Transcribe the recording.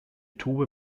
tube